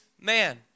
man